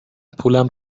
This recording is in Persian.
پولم